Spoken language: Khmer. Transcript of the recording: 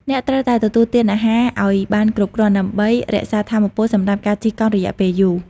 អ្នកត្រូវតែ ទទួលទានអាហារអោយបានគ្រប់គ្រាន់ ដើម្បីរក្សាថាមពលសម្រាប់ការជិះកង់រយៈពេលយូរ។